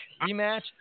rematch